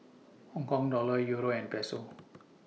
Hong Kong Dollar Euro and Peso